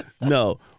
no